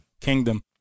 Kingdom